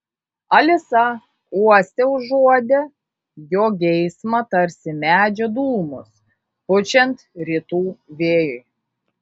alisa uoste užuodė jo geismą tarsi medžio dūmus pučiant rytų vėjui